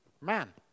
man